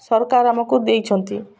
ସରକାର ଆମକୁ ଦେଇଛନ୍ତି